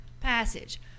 passage